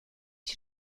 die